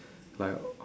like